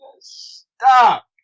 Stop